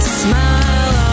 smile